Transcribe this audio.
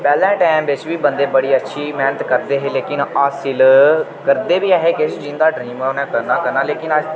पैह्लें टैम बिच्च बी बंदे बड़ी अच्छी मेह्नत करदे हे लेकिन हासिल करदे बी ऐ हे किश जिंदा ड्रीम हा उ'नें करना करना लेकिन